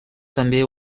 també